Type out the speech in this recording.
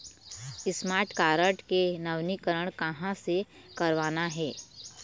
Smart card के नवीनीकरण कहां से करवाना हे?